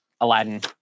Aladdin